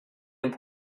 and